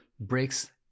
breaks